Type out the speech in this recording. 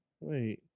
Wait